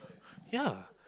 ya